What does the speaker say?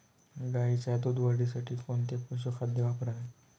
गाईच्या दूध वाढीसाठी कोणते पशुखाद्य वापरावे?